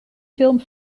film